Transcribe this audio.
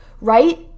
right